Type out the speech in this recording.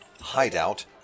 hideout